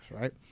right